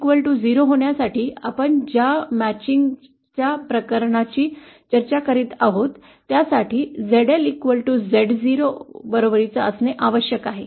𝚪 0 होण्यासाठी आम्ही ज्या जुळलेल्या प्रकरणा ची चर्चा करीत आहोत त्या साठी ZL Z0 बरोबरीचा असणे आवश्यक आहे